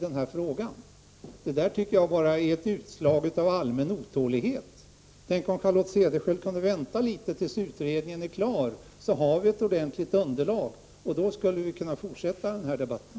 Det tolkar jag enbart som ett utslag av allmän otålighet. Tänk om Charlotte Cederschiöld kunde vänta tills utredningen är klar med sitt arbete! Då får vi ju ett ordentligt underlag, så att vi kan fortsätta den här debatten.